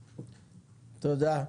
תודה.